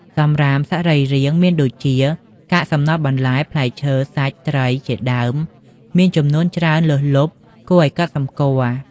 សំរាមសរីរាង្គមានដូចជា កាកសំណល់បន្លែ ផ្លែឈើ សាច់ ត្រី ជាដើម មានចំនួនច្រើនលើសលប់គួរឱ្យកត់សម្គាល់។